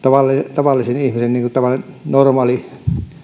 tavallisen ihmisen tällainen normaali